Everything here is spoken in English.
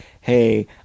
hey